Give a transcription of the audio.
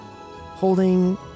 holding